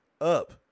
up